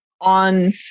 on